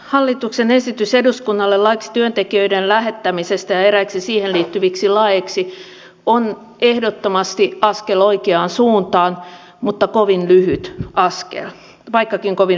hallituksen esitys eduskunnalle laiksi työntekijöiden lähettämisestä ja eräiksi siihen liittyviksi laeiksi on ehdottomasti askel oikeaan suuntaan vaikkakin kovin lyhyt askel